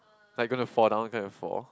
like you're gonna fall down kind of fall